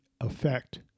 effect